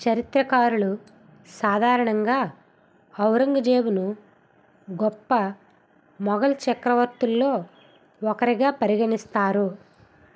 చరిత్రకారులు సాధారణంగా ఔరంగ్జేబును గొప్ప మొఘల్ చక్రవర్తుల్లో ఒకరిగా పరిగణిస్తారు